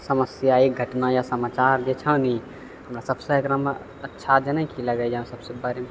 समस्या एक घटना या समाचार जे छऽ नी हमरा सभसँ एकरामे अच्छा जने की लगैए सबसे बढ़िआँ